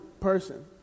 person